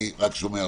חושב